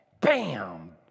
Bam